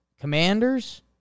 Commanders